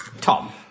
Tom